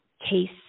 case